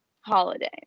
holiday